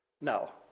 No